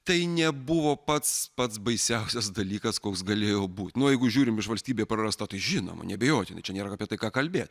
tai nebuvo pats pats baisiausias dalykas koks galėjo būti nu jeigu žiūrim iš valstybė prarasta tai žinoma neabejotinai čia nėra apie tai ką kalbėt